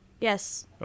Yes